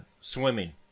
swimming